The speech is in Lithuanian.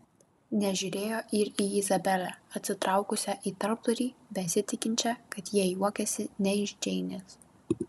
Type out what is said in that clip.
nežiūrėjo ir į izabelę atsitraukusią į tarpdurį besitikinčią kad jie juokiasi ne iš džeinės